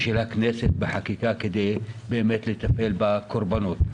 ושל הכנסת בחקיקה, כדי לטפל בקורבנות.